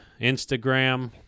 Instagram